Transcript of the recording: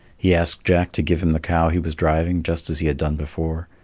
he asked jack to give him the cow he was driving, just as he had done before.